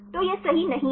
तो यह सही नहीं है